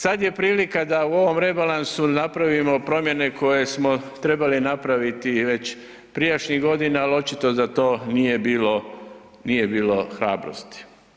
Sad je prilika da u ovom rebalansu napravimo promjene koje smo trebali napraviti već prijašnjih godina, al očito za to nije bilo, nije bilo hrabrosti.